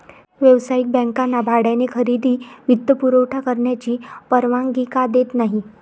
व्यावसायिक बँकांना भाड्याने खरेदी वित्तपुरवठा करण्याची परवानगी का देत नाही